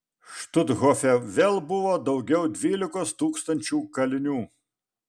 štuthofe vėl buvo daugiau dvylikos tūkstančių kalinių